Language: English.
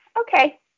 okay